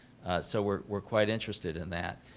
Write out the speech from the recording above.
so we're we're quite interested in that.